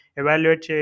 evaluate